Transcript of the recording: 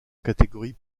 catégorie